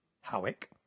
Howick